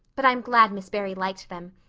but i'm glad miss barry liked them.